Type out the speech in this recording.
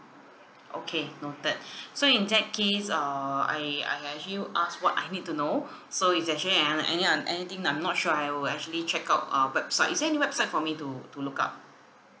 okay noted so in that case err I I have actually asked what I need to know so it's actually if I have any other anything that I'm not sure I will actually check out uh website is there any website for me to to look up